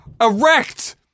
erect